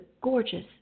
gorgeous